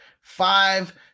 five